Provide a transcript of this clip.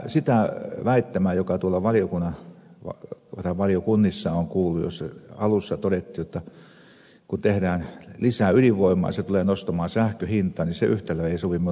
se väittämä jonka valiokunnissa on kuullut jo alussa todettu jotta kun tehdään lisää ydinvoimaa se tulee nostamaan sähkön hintaa se yhtälö ei sovi minun nuppiini